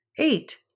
Eight